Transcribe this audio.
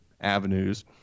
avenues